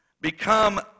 become